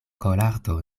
kolardo